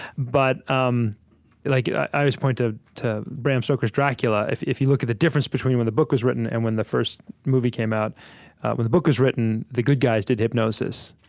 but um like i always point ah to bram stoker's dracula. if if you look at the difference between when the book was written and when the first movie came out when the book was written, the good guys did hypnosis,